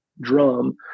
drum